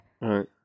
Right